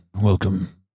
Welcome